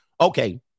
Okay